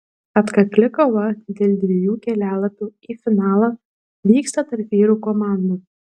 atkakli kova dėl dviejų kelialapių į finalą vyksta tarp vyrų komandų